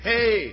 Hey